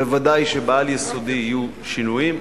וודאי שבעל-יסודי יהיו שינויים.